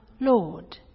Lord